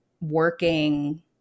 working